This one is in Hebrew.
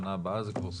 שנה הבאה זה כבר סופי?